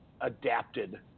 adapted